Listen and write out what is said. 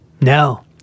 No